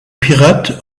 pirate